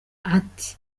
ati